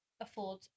afford